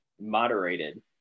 moderated